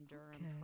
Durham